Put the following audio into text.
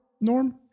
Norm